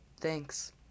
thanks